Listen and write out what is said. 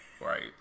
Right